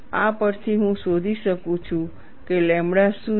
આ પરથી હું શોધી શકું છું કે લેમ્બડા શું છે